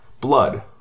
Blood